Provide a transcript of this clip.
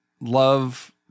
love